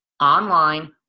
online